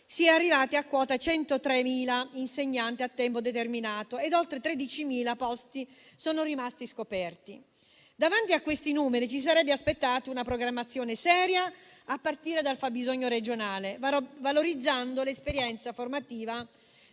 si è arrivati a quota 103.000 insegnanti a tempo determinato e oltre 13.000 posti sono rimasti scoperti. Davanti a questi numeri, ci si sarebbe aspettati una programmazione seria a partire dal fabbisogno regionale, valorizzando l'esperienza formativa